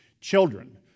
children